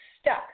stuck